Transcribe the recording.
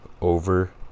over